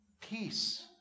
peace